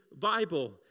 Bible